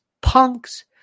punks